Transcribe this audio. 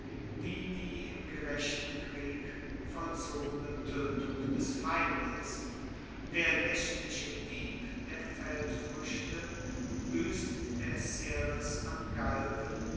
wie die im gerechten krieg vollzogene toetung des feindes der naechtliche dieb der feldfruechte buesst der ceres am galgen